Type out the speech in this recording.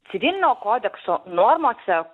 civilinio kodekso normose